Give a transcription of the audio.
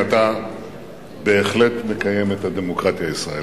אתה בהחלט מקיים את הדמוקרטיה הישראלית.